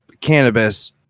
cannabis